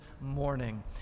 morning